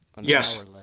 Yes